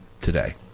today